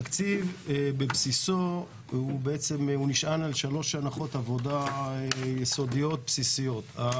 התקציב בבסיסו נשען על שלוש הנחות עבודה יסודיות בסיסיות.